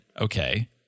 Okay